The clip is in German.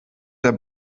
der